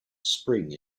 spring